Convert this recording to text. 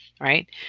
right